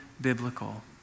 biblical